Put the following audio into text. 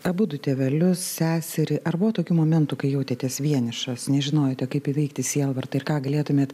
abudu tėvelius seserį ar buvo tokių momentų kai jautėtės vienišas nežinojote kaip įveikti sielvartą ir ką galėtumėt